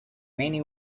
many